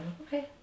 okay